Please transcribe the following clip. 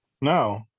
No